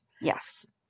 Yes